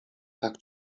tak